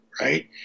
right